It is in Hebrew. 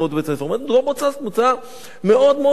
היא אומרת: זאת הוצאה מאוד מאוד מאוד גדולה.